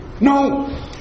No